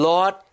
Lord